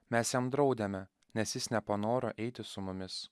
mes jam draudėme nes jis nepanoro eiti su mumis